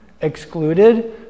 excluded